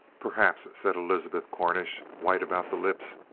perhaps, said elizabeth cornish, white about the lips,